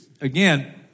again